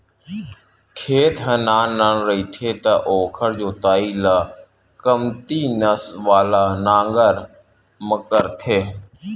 खेत ह नान नान रहिथे त ओखर जोतई ल कमती नस वाला नांगर म करथे